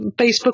Facebook